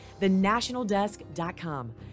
thenationaldesk.com